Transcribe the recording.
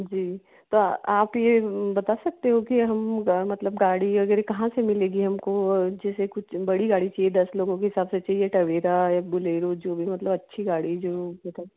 जी तो आप यह बता सकते हो कि हम ग मतलब गाड़ी अगर कहाँ से मिलेगी हमको जैसे कुछ बड़ी गाड़ी चाहिए दस लोगों के हिसाब से चाहिए टवेरा या बोलेरो जो भी मतलब अच्छी गाड़ी जो बता